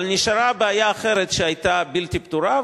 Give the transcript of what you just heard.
אבל נשארה בעיה אחרת שהיתה בלתי פתורה,